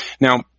Now